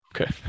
Okay